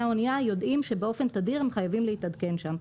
האונייה יודעים שבאופן תדיר הם חייבים להתעדכן שם.